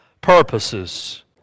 purposes